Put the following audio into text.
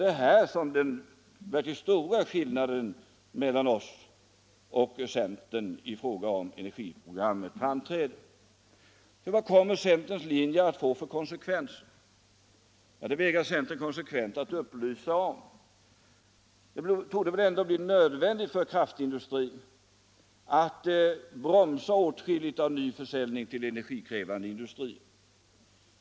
Det är här som den verkligt stora skillnaden mellan oss och centern i fråga om energiprogrammet framträder. Vad kommer centerns linje att få för konsekvenser? Det vägrar centern konsekvent att upplysa om. Det torde väl ändå bli nödvändigt för kraftindustrin att bromsa åtskilligt av ny försäljning till energikrävande industrier.